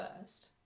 first